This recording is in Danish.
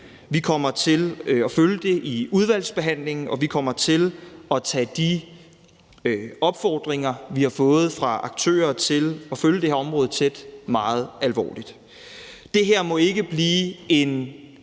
Vi kommer til at følge det i udvalgsbehandlingen, og vi kommer til at tage de opfordringer, vi har fået fra aktører, til at følge det her område tæt meget alvorligt. Det her må ikke blive en